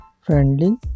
friendly